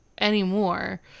anymore